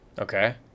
Okay